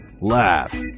Laugh